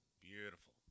beautiful